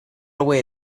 away